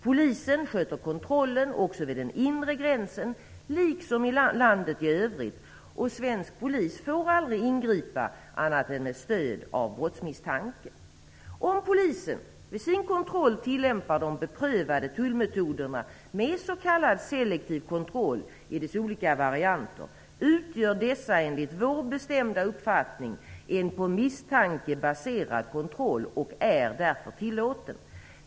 Polisen sköter kontrollen också vid den inre gränsen, liksom i landet i övrigt, och svensk polis får aldrig ingripa annat än med stöd av brottsmisstanke. Om polisen vid sin kontroll tillämpar de beprövade tullmetoderna med s.k. selektiv kontroll i dess olika varianter utgör dessa, enligt vår bestämda uppfattning, en på misstanke baserad kontroll och är därför tillåten.